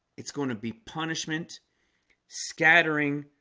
it's going to be punishment scattering